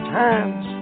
times